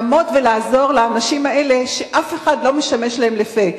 לעמוד ולעזור לאנשים האלה שאף אחד לא משמש להם לפה,